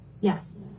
yes